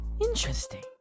Interesting